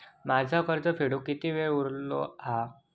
माझा कर्ज फेडुक किती वेळ उरलो हा?